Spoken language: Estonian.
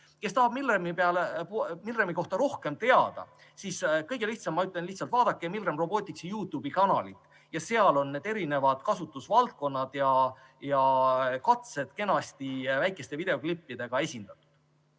Kes tahab Milremi kohta rohkem teada, siis kõige lihtsam on vaadata Milrem Roboticsi YouTube'i kanalit. Seal on need eri kasutusvaldkonnad ja katsed kenasti väikeste videoklippidega esindatud. Nüüd